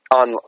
on